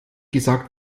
gesagt